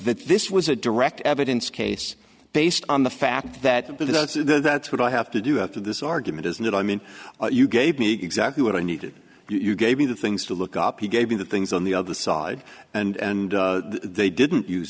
that this was a direct evidence case based on the fact that because that's what i have to do after this argument isn't it i mean you gave me exactly what i needed you gave me the things to look up you gave me the things on the other side and they didn't use